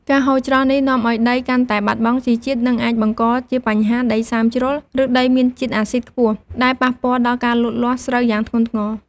ការហូរច្រោះនេះនាំឱ្យដីកាន់តែបាត់បង់ជីជាតិ និងអាចបង្កជាបញ្ហាដីសើមជ្រុល ឬដីមានជាតិអាស៊ីតខ្ពស់ ដែលប៉ះពាល់ដល់ការលូតលាស់ស្រូវយ៉ាងធ្ងន់ធ្ងរ។